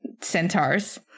centaurs